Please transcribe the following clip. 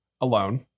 alone